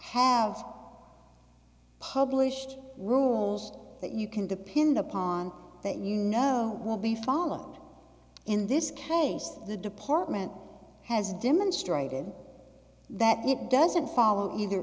have published rules that you can depend upon that you know will be followed in this case the department has demonstrated that it doesn't follow either